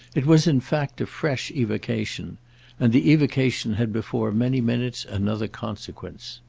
it was in fact a fresh evocation and the evocation had before many minutes another consequence.